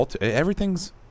Everything's